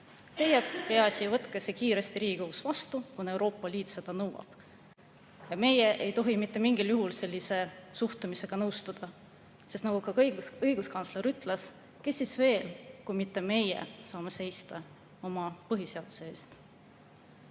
et me võtame selle kiiresti Riigikogus vastu, kuna Euroopa Liit seda nõuab. Meie ei tohi mitte mingil juhul sellise suhtumisega nõustuda. Nagu õiguskantsler ütles: kes siis veel, kui mitte meie, saame seista oma põhiseaduse eest.